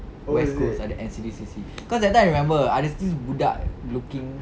west coast ada N_C_D_C cause that time I remember ada this budak book in